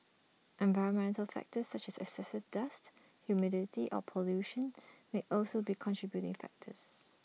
environmental factors such as excessive dust humidity or pollution may also be contributing factors